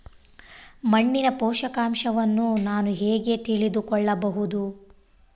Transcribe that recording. ಮಣ್ಣಿನ ಪೋಷಕಾಂಶವನ್ನು ನಾನು ಹೇಗೆ ತಿಳಿದುಕೊಳ್ಳಬಹುದು?